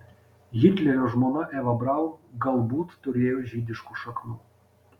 hitlerio žmona eva braun galbūt turėjo žydiškų šaknų